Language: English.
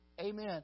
amen